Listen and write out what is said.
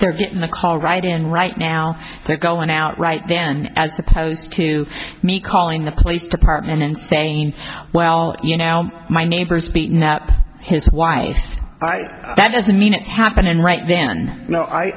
they're getting the call right in right now they're going out right then as opposed to me calling the police department in spain well you know my neighbors beaten up his wife that doesn't mean it's happening right then now i